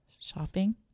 shopping